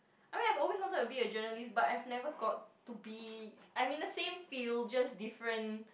I mean I've always wanted to be a journalist but I've never got to be I'm in the same field just different